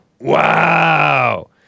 Wow